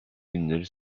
günleri